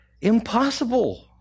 impossible